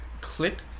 clip